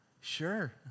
sure